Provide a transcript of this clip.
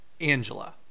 Angela